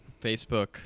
Facebook